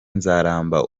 nzaramba